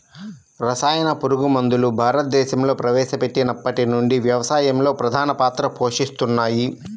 రసాయన పురుగుమందులు భారతదేశంలో ప్రవేశపెట్టినప్పటి నుండి వ్యవసాయంలో ప్రధాన పాత్ర పోషిస్తున్నాయి